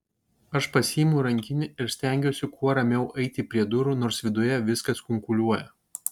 aš pasiimu rankinę ir stengiuosi kuo ramiau eiti prie durų nors viduje viskas kunkuliuoja